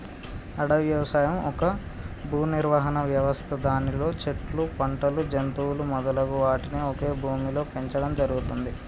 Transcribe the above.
అడవి వ్యవసాయం ఒక భూనిర్వహణ వ్యవస్థ దానిలో చెట్లు, పంటలు, జంతువులు మొదలగు వాటిని ఒకే భూమిలో పెంచడం జరుగుతుంది